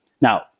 Now